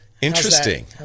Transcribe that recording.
Interesting